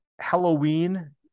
Halloween